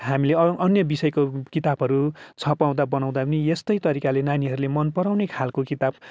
हामीले अन्य विषयको किताबहरू छपाउँदा बनाउँदा पनि यस्तै तरिकाले नानीहरूले मनपराउने खाल्को किताब